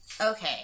Okay